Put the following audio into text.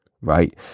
right